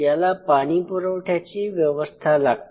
याला पाणी पुरवठयाची व्यवस्था लागते